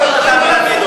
למה רצחו אותו?